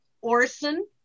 Orson